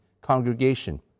congregation